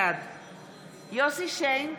בעד יוסף שיין,